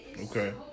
Okay